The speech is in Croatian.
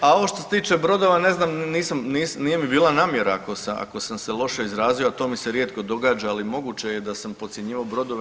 A ovo što se tiče brodova, ne znam, nisam, nije mi bila namjera ako sam se loše izrazio, a to mi se rijetko događa, ali moguće je da sam podcjenjivao brodove.